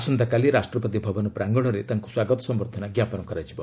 ଆସନ୍ତାକାଲି ରାଷ୍ଟ୍ରପତି ଭବନ ପ୍ରାଙ୍ଗଣରେ ତାଙ୍କୁ ସ୍ୱାଗତ ସମ୍ଭର୍ଦ୍ଧନା ଜ୍ଞାପନ କରାଯିବ